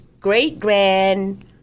great-grand